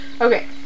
Okay